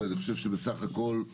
אני משבח את האוצר שהתחברו לתהליך.